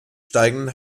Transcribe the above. steigenden